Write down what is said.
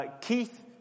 Keith